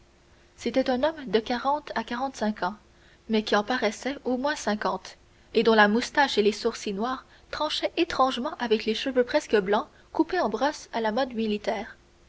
c'était un homme de quarante à quarante-cinq ans mais qui en paraissait au moins cinquante et dont la moustache et les sourcils noirs tranchaient étrangement avec des cheveux presque blancs coupés en brosse à la mode militaire